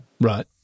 Right